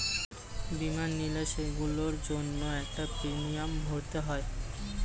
বীমা নিলে, সেগুলোর জন্য একটা প্রিমিয়াম ভরতে হয়